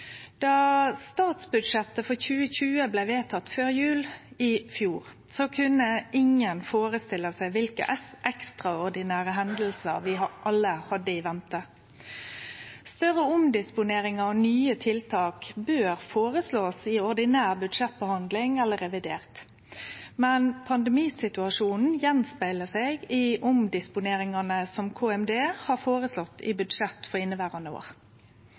statsbudsjettet for 2020 blei vedteke før jul i fjor, kunne ingen førestille seg kva ekstraordinære hendingar vi alle hadde i vente. Større omdisponeringar og nye tiltak bør føreslåast i ordinær budsjettbehandling eller i samband med revidert, men pandemisituasjonen speglar seg av i omdisponeringane som KMD har føreslått i budsjettet for det inneverande